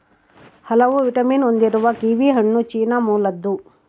ಹಲವು ವಿಟಮಿನ್ ಹೊಂದಿರುವ ಕಿವಿಹಣ್ಣು ಚೀನಾ ಮೂಲದ್ದು